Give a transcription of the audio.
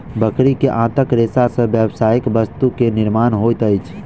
बकरी के आंतक रेशा से व्यावसायिक वस्तु के निर्माण होइत अछि